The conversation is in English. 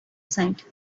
side